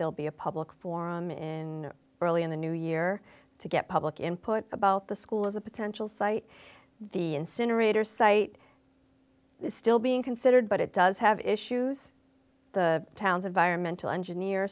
will be a public forum in early in the new year to get public input about the school as a potential site the incinerator site is still being considered but it does have issues the town's environmental engineer